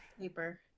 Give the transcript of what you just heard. Paper